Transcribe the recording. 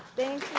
thank